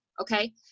Okay